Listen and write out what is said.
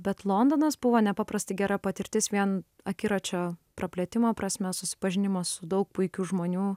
bet londonas buvo nepaprastai gera patirtis vien akiračio praplėtimo prasme susipažinimas su daug puikių žmonių